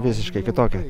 visiškai kitokia